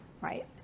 right